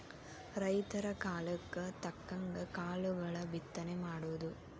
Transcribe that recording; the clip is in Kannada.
ರೈತರ ಕಾಲಕ್ಕ ತಕ್ಕಂಗ ಕಾಳುಗಳ ಬಿತ್ತನೆ ಮಾಡುದು